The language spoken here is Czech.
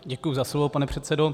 Děkuji za slovo, pane předsedo.